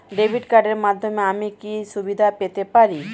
Debit কার্ডের মাধ্যমে আমি কি কি সুবিধা পেতে পারি?